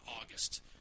August